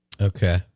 Okay